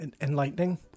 enlightening